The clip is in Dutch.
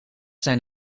zijn